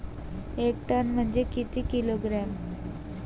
एक टन म्हनजे किती किलोग्रॅम?